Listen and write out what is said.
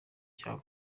cya